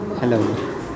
Hello